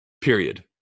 Period